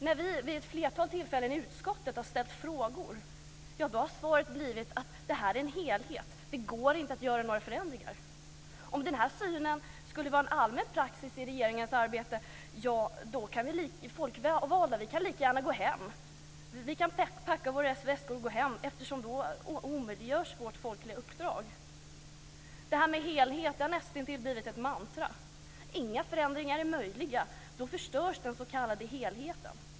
När vi vid ett flertal tillfällen ställt frågor i utskottet har svaret blivit att det är fråga om en helhet och att det inte går att göra några förändringar. Om denna syn skulle bli en allmän praxis i regeringens arbete, då kan vi folkvalda packa våra väskor och gå hem. Då omöjliggörs vårt folkliga uppdrag. Helhet har näst intill blivit ett mantra. Inga förändringar är möjliga, då förstörs den s.k. helheten.